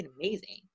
amazing